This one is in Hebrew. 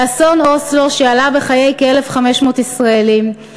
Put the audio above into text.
לאסון אוסלו שעלה בחיי כ-1,500 ישראלים,